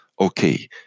okay